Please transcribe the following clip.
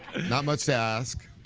not much to ask.